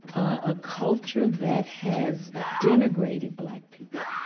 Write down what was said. a culture that has denigrated black people,